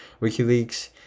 WikiLeaks